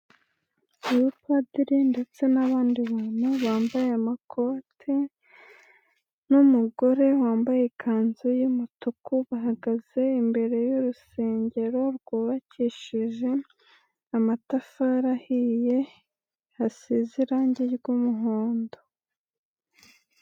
Umupadiri ndetse n'abandi bantu bambaye amakote n'umugore wambaye ikanzu y'umutuku bahagaze imbere y'urusengero rwubakishije amatafari ahiye rusize irangi ry'umuhondo.